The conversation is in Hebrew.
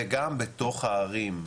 וגם בתוך הערים,